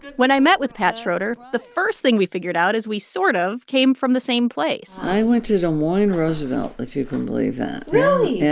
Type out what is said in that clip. when i met with pat schroeder, the first thing we figured out is we sort of came from the same place i went to des moines roosevelt, if you can believe that really? yeah,